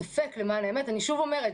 אני שוב אומרת,